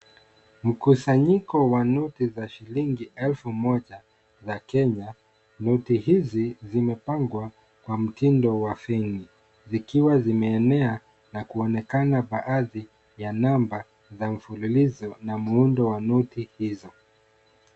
Mkusanyiko wa noti za shilingi elfu moja za Kenya. Noti hizi zimepangwa kwa mtindo wa fein. Zikiwa zimeenea na kuonekana baadhi ya namba za mfululizo na muundo wa noti hizo.